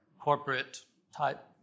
corporate-type